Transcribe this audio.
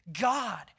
God